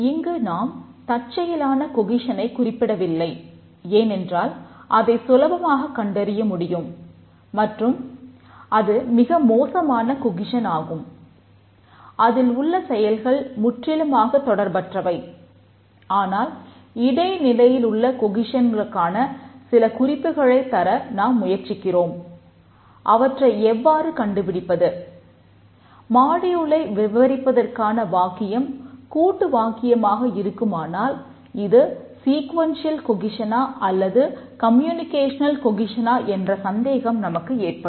இங்கு நாம் தற்செயலான கொகிசனைக் என்ற சந்தேகம் நமக்கு ஏற்படும்